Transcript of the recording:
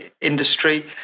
industry